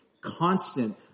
constant